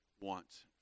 want